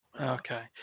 Okay